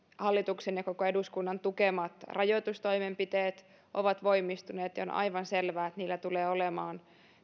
hallituksen ja koko eduskunnan tukemat rajoitustoimenpiteet ovat voimistuneet on aivan selvää että näillä tulee olemaan